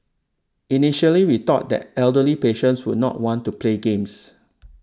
initially we thought that elderly patients would not want to play games